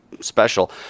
special